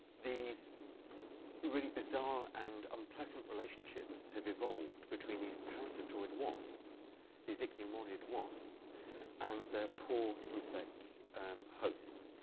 these really bizarre and unpleasant relationships have evolved between these parasitoid wasps these ichneumonid wasps and the poor insect hosts?